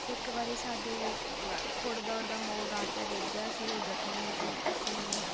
ਇੱਕ ਵਾਰ ਸਾਡੇ ਉਡਦਾ ਉਡਦਾ ਮੋਰ ਆ ਕੇ ਡਿੱਗ ਗਿਆ ਸੀ ਉਹ ਜ਼ਖ਼ਮੀ ਸੀ ਅਸੀਂ